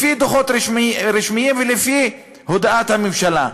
לפי דוחות רשמיים ולפי הודעת הממשלה.